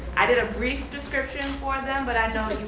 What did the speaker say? i did a brief description for them, but i know that you